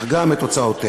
אך גם את הוצאותיה.